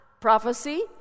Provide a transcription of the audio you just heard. Prophecy